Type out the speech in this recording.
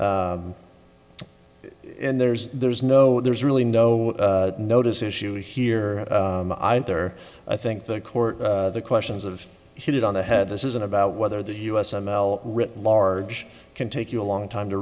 and there's there's no there's really no notice issue here either i think the court the questions of heated on the head this isn't about whether the u s and written large can take you a long time to